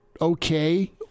okay